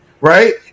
right